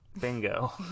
Bingo